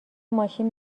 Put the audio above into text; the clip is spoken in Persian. ماشین